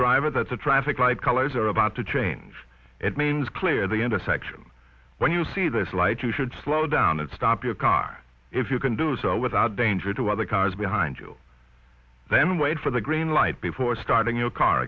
driver that's a traffic light colors are about to change it means clear the intersection when you see this light you should slow down and stop your car if you can do so without danger to other cars behind you then wait for the green light before starting your car